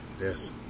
Yes